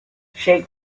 shake